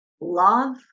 love